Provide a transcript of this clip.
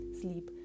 sleep